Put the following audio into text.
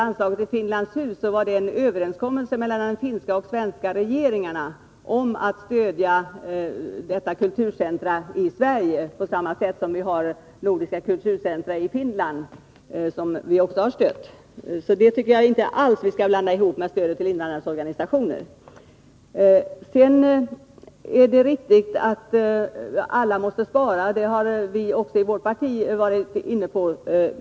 Anslaget till Finlands Hus grundas på en överenskommelse mellan de finska och svenska regeringarna om att stödja detta kulturella centrum i Sverige, på samma sätt som vi har stött nordiska kulturcentra i Finland. Detta tycker jag inte alls vi kan blanda ihop med stödet till invandrarnas organisationer. Det är riktigt att alla måste spara. Det har alla, även vårt parti, varit inne på.